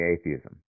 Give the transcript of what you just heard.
atheism